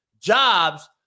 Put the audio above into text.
jobs